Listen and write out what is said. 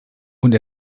und